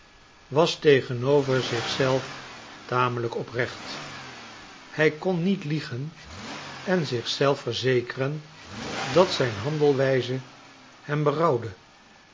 was tegenover zich zelf tamelijk oprecht hij kon niet liegen en zich zelf verzekeren dat zijn handelwijze hem berouwde